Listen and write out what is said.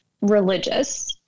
religious